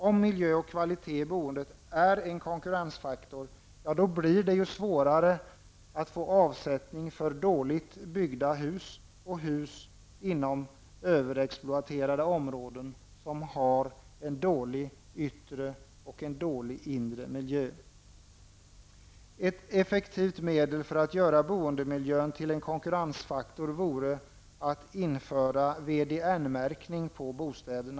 Om miljö och kvalitet i boendet är en konkurrensfaktor blir det svårare att få avsättning för dåligt byggda hus och hus inom överexploaterade områden med en dålig yttre och inre miljö. Ett effektivt medel för att göra boendemiljön till en konkurrensfaktor vore att införa VDN-märkning på bostäder.